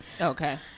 Okay